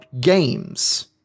games